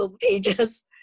pages